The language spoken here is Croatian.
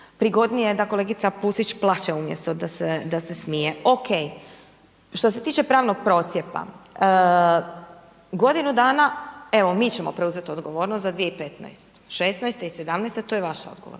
prigodnije da kolegica Pusić plače umjesto da se smije. O.k. Što se tiče pravnog procjepa. Godinu dana, evo mi ćemo preuzeti odgovornost za 2015. Šesnaesta i sedamnaesta to je vaša odgovornost.